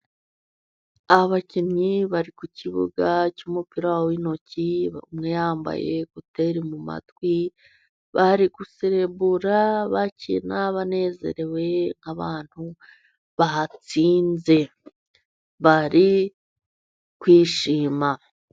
Abakinnyi bari ku kibuga cy'umupira w'intoki. Umwe yambaye ekuteri mu matwi. Bari guserebura bakina, banezerewe nk'abantu batsinze. Bari kwishima.